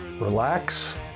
Relax